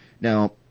Now